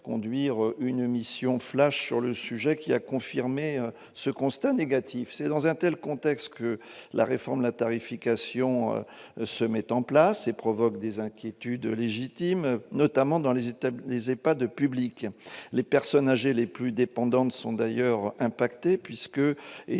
une « mission flash » sur la situation des EHPAD, qui a confirmé ce constat négatif. C'est dans ce contexte que la réforme de la tarification se met en place et provoque des inquiétudes légitimes, notamment dans les EHPAD publics. Les personnes âgées les plus dépendantes sont d'ailleurs affectées du